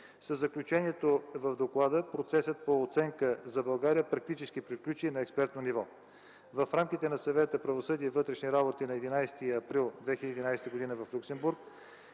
Със заключението в доклада процесът по оценка за България практически приключи на експертно ниво. В рамките на Съвета „Правосъдие и вътрешни работи” на 11 април 2011 г. в Люксембург